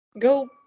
go